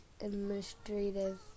administrative